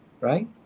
right